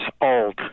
old